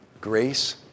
Grace